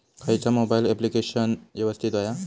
खयचा mobile application यवस्तित होया?